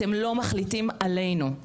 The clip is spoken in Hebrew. אתם לא מחליטים עלינו,